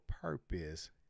purpose